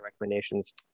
recommendations